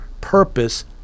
purpose